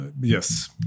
Yes